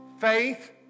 Faith